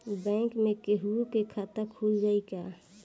Bank में केहूओ के खाता खुल जाई का?